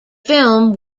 film